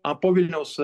po vilniaus